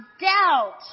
doubt